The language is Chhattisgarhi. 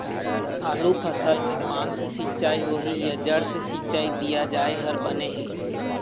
आलू फसल मे पान से सिचाई होही या जड़ से सिचाई दिया जाय हर बने हे?